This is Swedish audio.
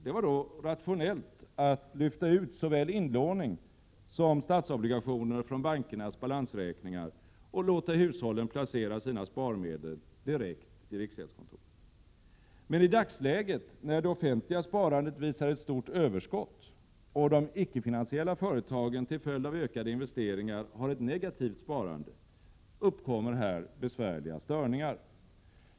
Det var då rationellt att lyfta ut såväl inlåning som statsobligationer från bankernas balansräkningar och låta hushållen placera sina sparmedel direkt i riksgäldskontoret. Men i dagsläget, när det offentliga sparandet visar ett stort överskott och de icke-finansiella företagen till följd av ökade investeringar har ett negativt sparande, uppkommer besvärliga störningar.